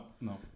no